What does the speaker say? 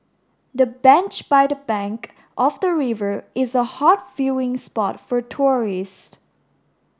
the bench by the bank of the river is a hot viewing spot for tourists